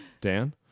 dan